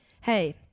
hey